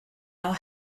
are